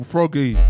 Froggy